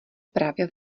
právě